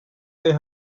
they